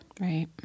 Right